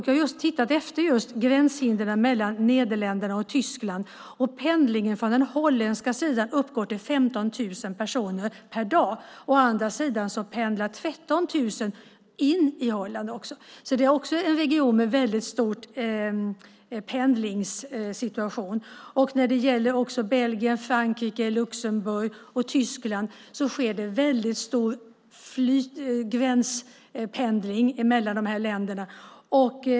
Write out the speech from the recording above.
Jag har tittat på gränshinder mellan Nederländerna och Tyskland. Pendlingen från den holländska sidan uppgår till 15 000 personer per dag. Å andra sidan pendlar 13 000 in i Holland. Det är alltså en region med väldigt många pendlare. När det gäller Belgien, Frankrike, Luxemburg och Tyskland sker en omfattande pendling mellan de här länderna.